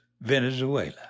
Venezuela